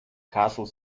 castle